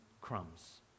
crumbs